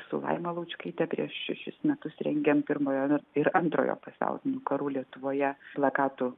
su laima laučkaite prieš šešis metus rengėme pirmojo ir antrojo pasaulinių karų lietuvoje plakatų